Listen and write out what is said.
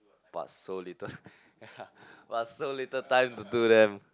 but so little yeah but so little time to do them